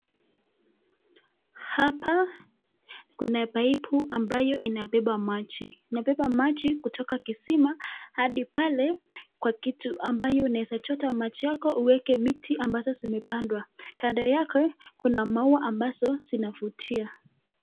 Hapa kuna paipu ambayo inabeba maji, inabeba maji kutoka kisima hadi pale kwa kitu amabayo unaeza chota maji yako, uweke miti ambazo zimepandwa. Kando yake kuna maua ambazo zinavutia.